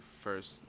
first